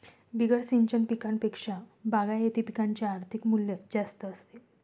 बिगर सिंचन पिकांपेक्षा बागायती पिकांचे आर्थिक मूल्य जास्त असते